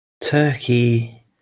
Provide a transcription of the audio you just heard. Turkey